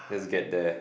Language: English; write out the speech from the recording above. let's get there